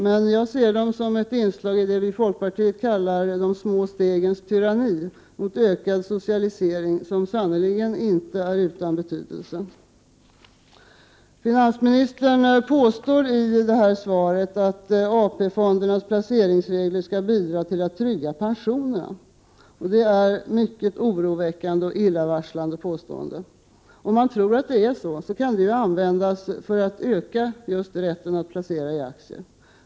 Men jag ser dem som ett inslag i det vi i folkpartiet kallar ”de små stegens tyranni” med ökad socialisering som sannerligen inte är utan betydelse. Finansministern påstår i svaret att AP-fondernas placeringsregler skall bidra till att trygga pensionerna. Det är ett mycket oroväckande och illavarslande påstående. Om man tror att det är så kan det argumentet användas för att öka just rätten att placera i aktier.